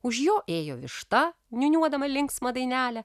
už jo ėjo višta niūniuodama linksmą dainelę